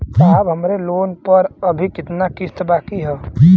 साहब हमरे लोन पर अभी कितना किस्त बाकी ह?